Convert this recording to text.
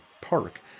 park